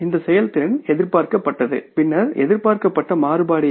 இந்த செயல்திறன் எதிர்பார்க்கப்பட்டது பின்னர் எதிர்பார்க்கப்பட்ட மாறுபாடு என்ன